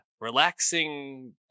relaxing